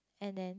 and then